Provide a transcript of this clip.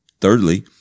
Thirdly